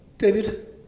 David